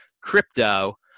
crypto